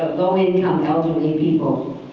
low income elderly people.